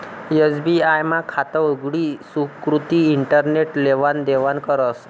SBI मा खातं उघडी सुकृती इंटरनेट लेवान देवानं करस